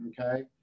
okay